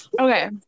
Okay